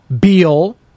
Beal